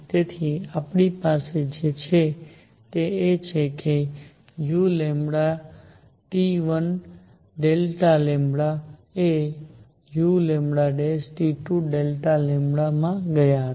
તેથી આપણી પાસે જે છે તે એ છે કે u Δλ એ uλ માં ગયા હતા